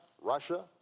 Russia